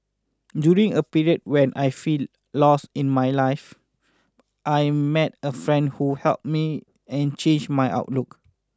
during a period when I feel lost in my life I met a friend who helped me and changed my outlook